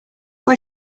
why